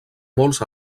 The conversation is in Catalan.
molts